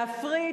להפריט,